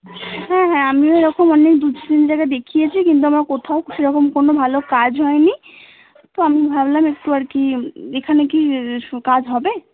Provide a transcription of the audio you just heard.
হ্যাঁ হ্যাঁ আমিও এরকম অনেক দু তিন জায়গায় দেখিয়েছি কিন্তু আমার কোথাওক সেরকম কোনো ভালো কাজ হয় নি তো আমি ভাবলাম একটু আর কি এখানে কি কাজ হবে